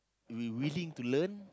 we willing to learn